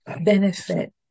benefit